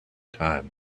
time